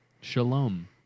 Shalom